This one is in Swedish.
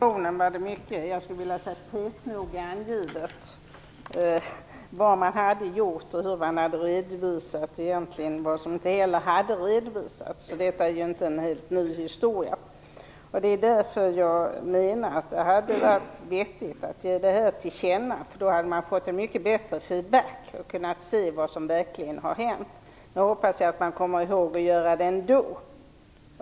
Fru talman! I motionen var det petnoga angivet vad man hade gjort och hur man hade redovisat vad som väl hade redovisats. Detta är ju inte ny historia. Det är därför det hade varit vettigt att ge detta till känna. Då hade man fått mycket bättre feedback och kunnat se vad som verkligen har hänt. Jag hoppas att man kommer att göra det ändå.